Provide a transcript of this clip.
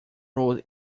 road